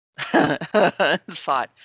thought